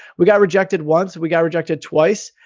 we got rejected once. we got rejected twice,